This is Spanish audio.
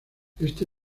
este